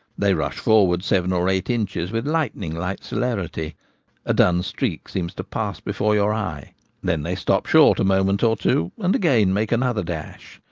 they rush forward seven or eight inches with lightning-like celeritya a dun streak seems to pass before your eye then they stop short a moment or two, and again make another dash.